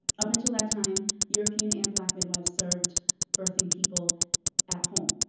up until that time, european and black midwives served birthing people at home.